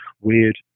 weird